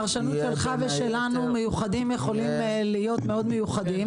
היום בפרשנות שלך ושלנו "מיוחדים" יכולים להיות מאוד מיוחד,